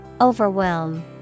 Overwhelm